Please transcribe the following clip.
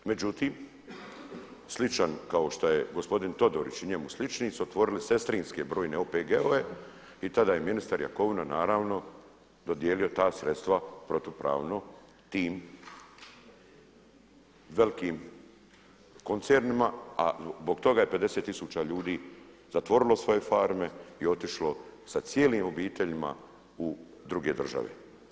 Međutim, sličan kao šta je gospodin Todorić i njemu slični su otvorili sestrinske brojne OPG-ove i tada je ministar Jakovina naravno dodijelio ta sredstva protupravno tim velikim koncernima a zbog toga je 50 tisuća ljudi zatvorilo svoje farme i otišlo sa cijelim obiteljima u druge države.